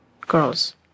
girls